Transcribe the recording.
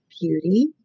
beauty